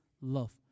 love